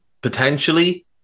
potentially